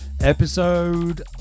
episode